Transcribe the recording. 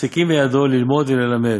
מספיקין בידו ללמוד וללמד,